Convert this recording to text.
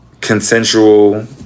consensual